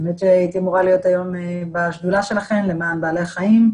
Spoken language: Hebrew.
האמת שהייתי אמורה להיות היום בשדולה שלכם למען בעלי חיים,